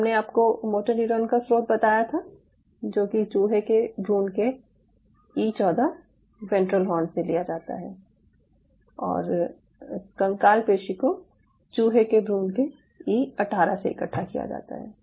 और हमने आपको मोटर न्यूरॉन का स्रोत बताया था जो कि चूहे के भ्रूण के ई 14 वेंट्रल हॉर्न से लिया जाता है और कंकाल पेशी को चूहे के भ्रूण के ई 18 से इकट्ठा किया जाता है